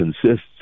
consists